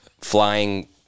flying